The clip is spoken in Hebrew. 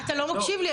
אתה לא מקשיב לי,